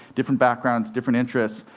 different backgrounds, different interests,